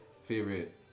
favorite